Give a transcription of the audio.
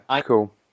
cool